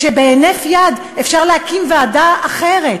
שבהינף יד אפשר להקים ועדה אחרת,